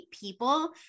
people